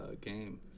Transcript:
game